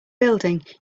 building